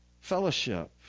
fellowship